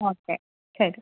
okay ശരി